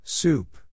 Soup